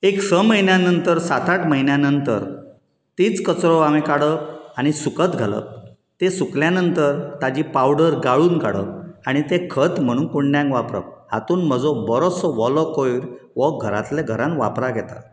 एक स म्हयन्या नंतर सात आठ म्हयन्या नंतर तीच कचरो आमी काडप आनी सुकत घालप ती सुकल्या नंतर ताजी पावडर गाळून काडप आनी तें खत म्हणू कुंड्यांक वापरप हातूंत म्हजो बरोचसो वोलो कोयर वो घरांतल्या घरांत वापराक येता